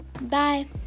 bye